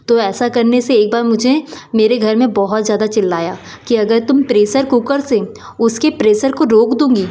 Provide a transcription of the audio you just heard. तो ऐसा करने से एक बार मुझे मेरे घर में बहुत ज़्यादा चिल्लाया कि अगर तुम प्रेसर कुकर से उसके प्रेसर को रोक दोगी